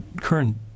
current